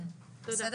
תודה.